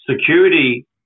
security